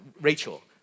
Rachel